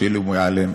שולי מועלם.